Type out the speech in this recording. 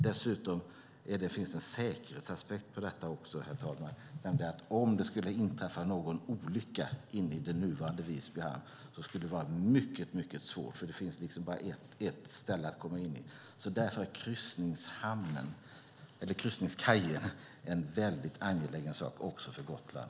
Dessutom finns det en säkerhetsaspekt på detta, herr talman: Om det skulle inträffa en olycka inne i nuvarande Visby hamn skulle det vara mycket svårt, för det finns liksom bara ett ställe att komma in. Därför är också kryssningskajen en mycket angelägen fråga för Gotland.